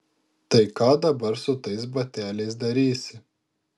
tai ką dabar su tais bateliais darysi